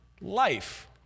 Life